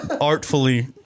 artfully